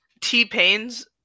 T-Pain's